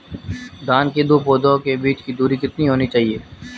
धान के दो पौधों के बीच की दूरी कितनी होनी चाहिए?